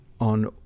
On